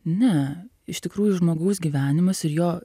ne iš tikrųjų žmogaus gyvenimas ir jo